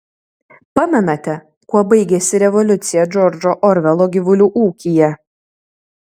pamenate kuo baigėsi revoliucija džordžo orvelo gyvulių ūkyje